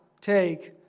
take